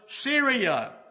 Syria